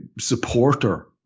supporter